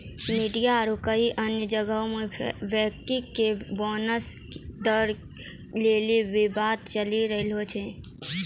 media आरु कई अन्य जगहो पे बैंकरो के बोनस दै लेली विवाद चलि रहलो छै